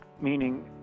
Meaning